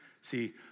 See